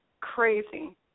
crazy